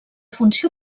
funció